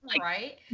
Right